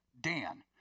Dan